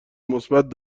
مثبت